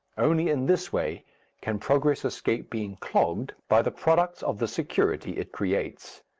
only in this way can progress escape being clogged by the products of the security it creates.